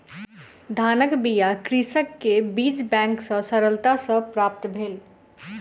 धानक बीया कृषक के बीज बैंक सॅ सरलता सॅ प्राप्त भेल